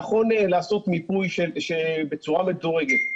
נכון לעשות מיפוי בצורה מדורגת.